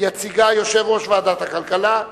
יציג אותה יושב-ראש ועדת הכלכלה,